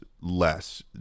less